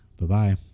Bye-bye